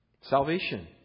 Salvation